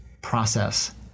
process